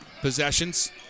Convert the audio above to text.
possessions